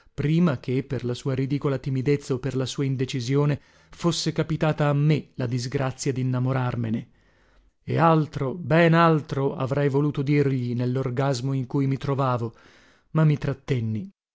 prima che per la sua ridicola timidezza o per la sua indecisione fosse capitata a me la disgrazia dinnamorarmene e altro ben altro avrei voluto dirgli nellorgasmo in cui mi trovavo ma mi trattenni